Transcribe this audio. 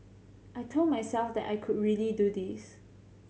I told myself that I could really do this